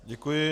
Děkuji.